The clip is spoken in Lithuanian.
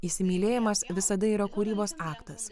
įsimylėjimas visada yra kūrybos aktas